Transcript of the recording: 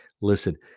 Listen